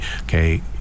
okay